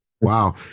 wow